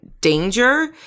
danger